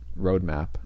roadmap